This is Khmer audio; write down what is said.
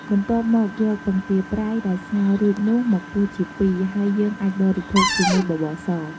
បន្ទាប់មក យកពងទាប្រៃដែលស្ងោររួចនោះមកពុះជាពីរ ហើយយើងអាចបរិភោគជាមួយបបរស។